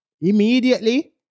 immediately